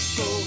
go